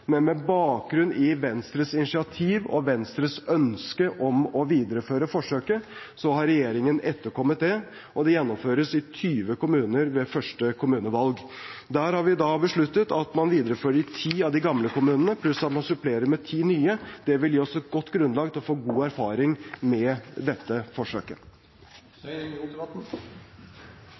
men med bakgrunn i Venstres initiativ og Venstres ønske om å videreføre forsøket har regjeringen etterkommet det, og det gjennomføres i 20 kommuner ved første kommunevalg. Der har vi da besluttet at man viderefører i ti av de gamle kommunene pluss at man supplerer med ti nye. Det vil gi oss et godt grunnlag til å få god erfaring med dette forsøket.